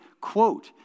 quote